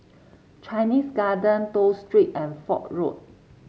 Chinese Garden Toh Street and Fort Road